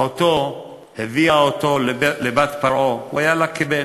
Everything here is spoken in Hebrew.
אחותו הביאה אותו לבת-פרעה והוא היה לה כבן.